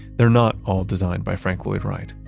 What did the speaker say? they're not all designed by frank lloyd wright.